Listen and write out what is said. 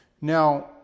Now